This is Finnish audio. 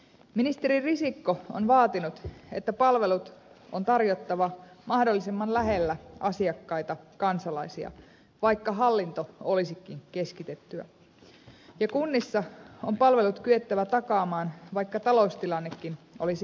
ministeri risikko on vaatinut että palvelut on tarjottava mahdollisimman lähellä asiakkaita kansalaisia vaikka hallinto olisikin keskitettyä ja kunnissa on palvelut kyettävä takaamaan vaikka taloustilannekin olisi heikko